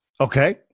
Okay